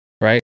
Right